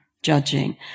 Judging